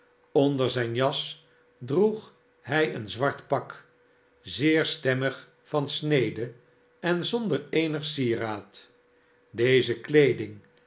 onder zijn jas droeg hij een zwart pak zeer stemmig van snede en zonder eenig sieraad deze kleeding